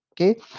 Okay